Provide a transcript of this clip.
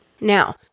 Now